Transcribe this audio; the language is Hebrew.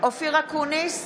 אופיר אקוניס,